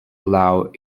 allow